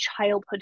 childhood